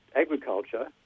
agriculture